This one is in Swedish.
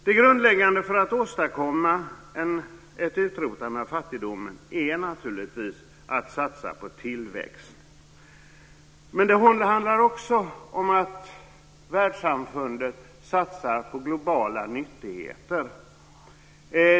Det grundläggande för att åstadkomma ett utrotande av fattigdomen är naturligtvis att satsa på tillväxt. Men det handlar också om att världssamfundet satsar på globala nyttigheter.